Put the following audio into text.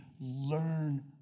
Learn